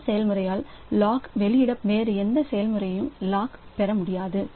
இந்த செயல்முறையால் லாக் வெளியிடப்படும் வரை வேறு எந்த செயல்முறையும் லாக் பெற முடியாது